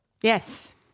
Yes